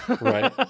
right